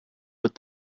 with